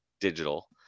digital